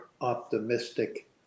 optimistic